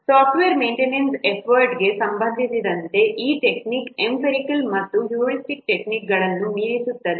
software maintenance ಎಫರ್ಟ್ಗೆ ಸಂಬಂಧಿಸಿದಂತೆ ಈ ಟೆಕ್ನಿಕ್ ಎಂಪಿರಿಕಲ್ ಮತ್ತು ಹ್ಯೂರಿಸ್ಟಿಕ್ ಟೆಕ್ನಿಕ್ಗಳನ್ನು ಮೀರಿಸುತ್ತದೆ